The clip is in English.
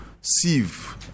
sieve